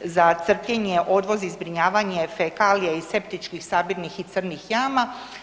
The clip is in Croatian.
za crpljenje, odvoz i zbrinjavanje fekalija iz septičkih, sabirnih i crnih jama.